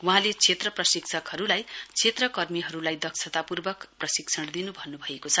वहाँले क्षेत्र प्रशिक्षकहरूलाई क्षेत्र कर्मीहरूलाई दक्षतापूर्वक प्रशिक्षण दिन् भन्नुभएको छ